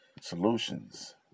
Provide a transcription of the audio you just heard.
solutions